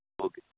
okay